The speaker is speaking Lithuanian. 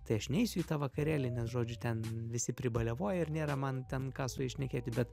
tai aš neisiu į tą vakarėlį nes žodžiu ten visi pribalevoję ir nėra man ten ką su jais šnekėti bet